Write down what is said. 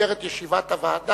במסגרת ישיבת הוועדה,